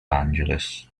angeles